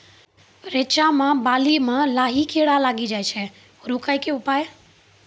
रिचा मे बाली मैं लाही कीड़ा लागी जाए छै रोकने के उपाय?